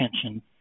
attention